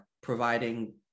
providing